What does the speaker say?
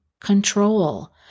control